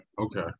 Okay